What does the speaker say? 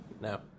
No